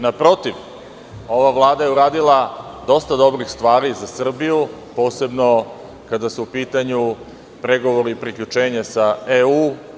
Naprotiv, ova Vlada je uradila dosta dobrih stvari za Srbiju, posebno kada su u pitanju pregovori o priključenju EU.